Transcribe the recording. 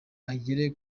agere